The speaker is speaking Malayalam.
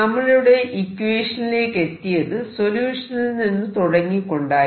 നമ്മളിവിടെ ഇക്വേഷനിലേക്കെത്തിയത് സൊല്യൂഷനിൽ നിന്ന് തുടങ്ങി കൊണ്ടായിരുന്നു